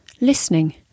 listening